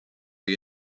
you